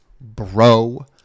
bro